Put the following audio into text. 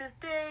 today